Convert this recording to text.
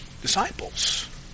Disciples